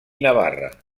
navarra